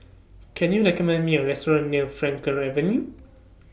Can YOU recommend Me A Restaurant near Frankel Avenue